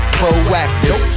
proactive